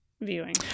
viewing